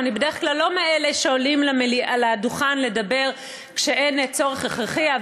ואני בדרך כלל לא מאלה שעולים לדוכן לדבר כשאין צורך הכרחי.